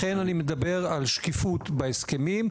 לכן אני מדבר על שקיפות בהסכמים,